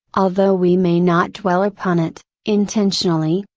although we may not dwell upon it, intentionally,